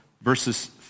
verses